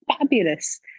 fabulous